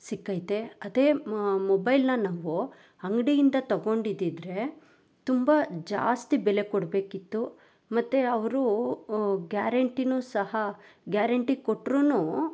ಸಿಕ್ಕೈತೆ ಅದೇ ಮೊಬೈಲನ್ನು ನಾವು ಅಂಗಡಿಯಿಂದ ತಗೊಂಡಿದಿದ್ದರೆ ತುಂಬ ಜಾಸ್ತಿ ಬೆಲೆ ಕೊಡಬೇಕಿತ್ತು ಮತ್ತು ಅವರು ಗ್ಯಾರಂಟಿಯೂ ಸಹ ಗ್ಯಾರಂಟಿ ಕೊಟ್ರುನೂ